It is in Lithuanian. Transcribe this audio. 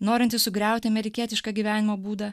norintys sugriauti amerikietišką gyvenimo būdą